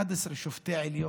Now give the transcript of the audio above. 11 שופטי העליון,